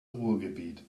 ruhrgebiet